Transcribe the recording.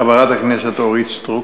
חברת הכנסת אורית סטרוק.